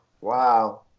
Wow